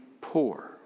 poor